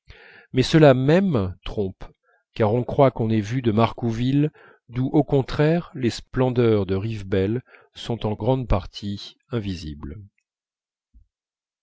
mais cela même trompe car on croit qu'on est vu de marcouville d'où au contraire les splendeurs de rivebelle sont en grande partie invisibles